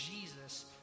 Jesus